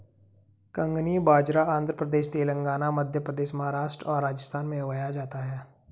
कंगनी बाजरा आंध्र प्रदेश, तेलंगाना, मध्य प्रदेश, महाराष्ट्र और राजस्थान में उगाया जाता है